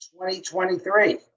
2023